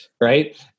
right